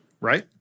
Right